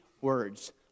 words